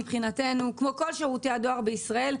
כמו כל שירותי הדואר בישראל,